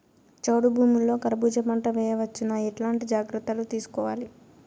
చౌడు భూముల్లో కర్బూజ పంట వేయవచ్చు నా? ఎట్లాంటి జాగ్రత్తలు తీసుకోవాలి?